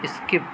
skip